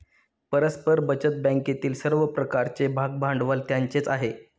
परस्पर बचत बँकेतील सर्व प्रकारचे भागभांडवल त्यांचेच आहे